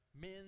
men